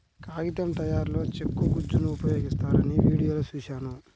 కాగితం తయారీలో చెక్క గుజ్జును ఉపయోగిస్తారని వీడియోలో చూశాను